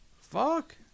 Fuck